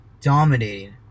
dominating